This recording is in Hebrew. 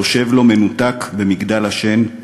יושב לו מנותק במגדל השן,